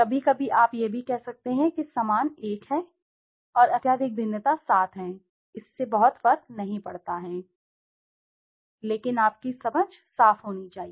कभी कभी आप यह भी कह सकते हैं कि समान समान एक है और अत्यधिक भिन्नता 7 है इससे बहुत फर्क नहीं पड़ता है और इससे कोई फर्क नहीं पड़ता लेकिन आपकी समझ साफ होनी चाहिए